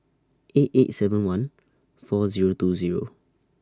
eight eight seven one four Zero two Zero